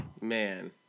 Man